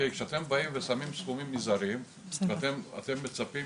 כשאתם שמים סכומים מזעריים ואתם מצפים